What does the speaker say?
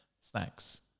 snacks